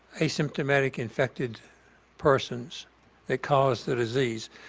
asymptomatic infected persons that cause the disease.